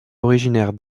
originaire